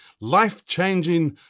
life-changing